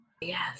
Yes